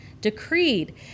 decreed